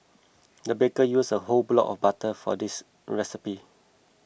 the baker used a whole block of butter for this recipe